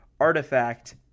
Artifact